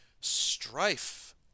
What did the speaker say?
strife